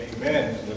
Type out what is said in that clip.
amen